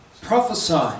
prophesy